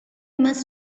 must